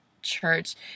church